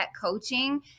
coaching